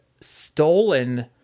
stolen